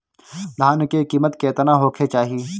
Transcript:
धान के किमत केतना होखे चाही?